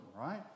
right